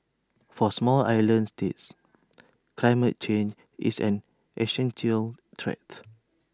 for small island states climate change is an Asian till threat